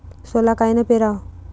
सोला कायनं पेराव?